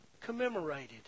commemorated